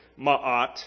ma'at